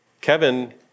Kevin